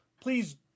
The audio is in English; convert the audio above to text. please